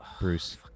Bruce